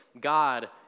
God